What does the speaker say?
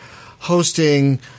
hosting